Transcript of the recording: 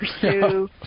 pursue